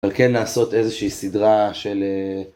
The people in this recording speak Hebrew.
אבל כן, נעשות איזושהי סדרה של...